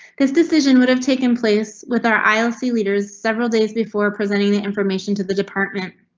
this decision would have taken place with our i'll see leaders several days before presenting the information to the department.